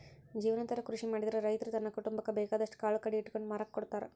ಜೇವನಾಧಾರ ಕೃಷಿ ಮಾಡಿದ್ರ ರೈತ ತನ್ನ ಕುಟುಂಬಕ್ಕ ಬೇಕಾದಷ್ಟ್ ಕಾಳು ಕಡಿ ಇಟ್ಕೊಂಡು ಮಾರಾಕ ಕೊಡ್ತಾರ